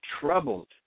troubled